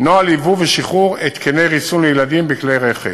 נוהל ייבוא ושחרור התקני ריסון לילדים בכלי רכב.